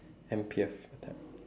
ample on time